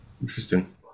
interesting